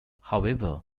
however